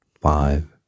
Five